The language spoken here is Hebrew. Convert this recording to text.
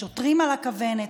השוטרים על הכוונת,